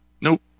nope